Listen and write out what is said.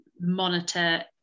monitor